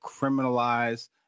criminalize